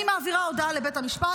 אני מעבירה הודעה לבית המשפט,